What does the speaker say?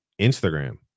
Instagram